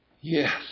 Yes